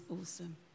awesome